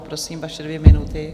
Prosím, vaše dvě minuty.